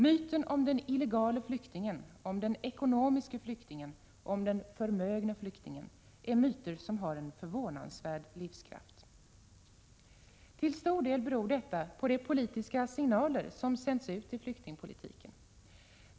Myten om den illegale flyktingen, om den ekonomiske flyktingen och om den förmögne flyktingen är en myt som har en förvånansvärd livskraft. Till stor del beror detta på de politiska signaler som sänts ut i flyktingpolitiken.